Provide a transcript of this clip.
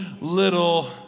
little